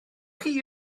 chi